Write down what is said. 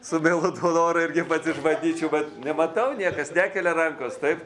su mielu tuo noru irgi pats išbandyčiau bet nematau niekas nekelia rankos taip